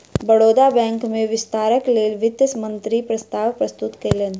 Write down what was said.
Baroda bank में विस्तारक लेल वित्त मंत्री प्रस्ताव प्रस्तुत कयलैन